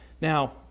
Now